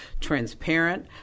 transparent